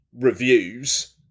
reviews